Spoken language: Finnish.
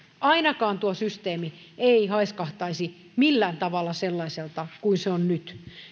ainakaan tuo systeemi ei haiskahtaisi millään tavalla sellaiselta kuin se on nyt